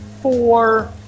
four